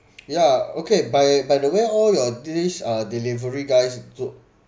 yeah okay by by the way all your these uh delivery guys do